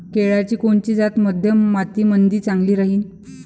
केळाची कोनची जात मध्यम मातीमंदी चांगली राहिन?